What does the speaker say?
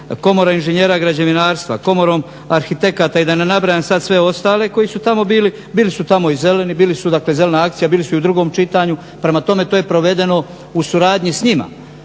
Komora inženjera građevinarstva, Komorom arhitekata i da ne nabrajam sad sve ostale koji su tamo bili. Bili su tamo i zeleni, dakle "Zelena akcija", bili su i u drugom čitanju. Prema tome, to je provedeno u suradnji s njima.